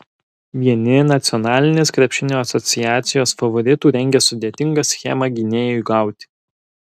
vieni nacionalinės krepšinio asociacijos favoritų rengia sudėtingą schemą gynėjui gauti